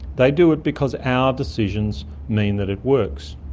they do it because our decisions mean that it works.